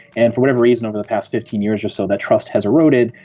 and for whatever reason over the past fifteen years or so that trust has eroded.